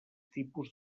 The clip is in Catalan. tipus